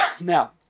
Now